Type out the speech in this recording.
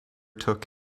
took